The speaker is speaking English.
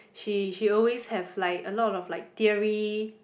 she she always have like a lot of like theory